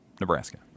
Nebraska